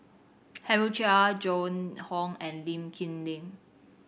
Henry Chia Joan Hon and Lee Kip Lin